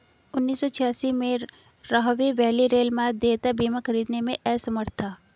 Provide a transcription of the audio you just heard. उन्नीस सौ छियासी में, राहवे वैली रेलमार्ग देयता बीमा खरीदने में असमर्थ था